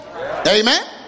Amen